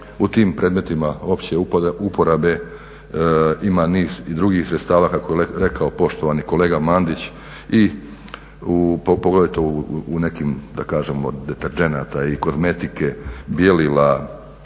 u tim predmetima opće uporabe ima niz i drugih sredstava kako je rekao poštovani kolega Mandić i poglavito u nekim da kažemo deterdženata i kozmetike, bijelila,